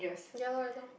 ya lor ya lor